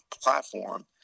platform